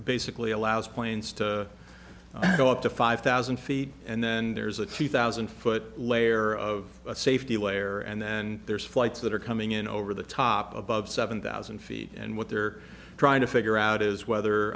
basically allows planes to go up to five thousand feet and then there's a few thousand foot layer of safety layer and then there's flights that are coming in over the top above seven thousand feet and what they're trying to figure out is whether